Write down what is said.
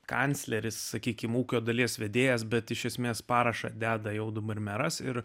kancleris sakykime ūkio dalies vedėjas bet iš esmės parašą deda jau dabar meras ir